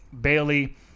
Bailey